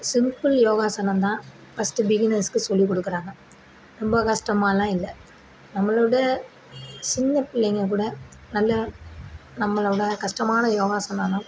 simple யோகாசனம் தான் first பிகினர்ஸ்க்கு சொல்லிக்கொடுக்குறாங்க ரொம்ப கஷ்டமாலாம் இல்லை நம்மளோடு சின்ன புள்ளைங்கக்கூட நல்ல நம்மளோடு கஷ்டமான யோகாசனமெலாம்